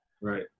Right